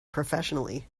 professionally